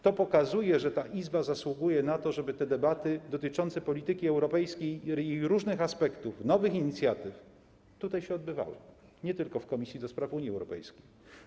To pokazuje, że ta Izba zasługuje na to, żeby te debaty dotyczące polityki europejskiej i jej różnych aspektów, nowych inicjatyw odbywały się tutaj, nie tylko w Komisji do Spraw Unii Europejskiej.